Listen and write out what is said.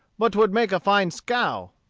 but twould make a fine skow.